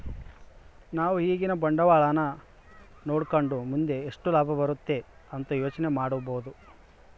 ನಾವು ಈಗಿನ ಬಂಡವಾಳನ ನೋಡಕಂಡು ಮುಂದೆ ಎಷ್ಟು ಲಾಭ ಬರುತೆ ಅಂತ ಯೋಚನೆ ಮಾಡಬೋದು